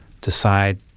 decide